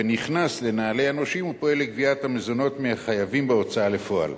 ונכנס לנעלי הנושים ופועל לגביית המזונות מהחייבים בהוצאה לפועל,